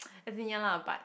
as in ya lah but